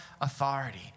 authority